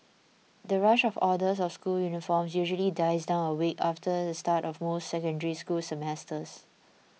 the rush of orders of school uniforms usually dies down a week after the start of most Secondary School semesters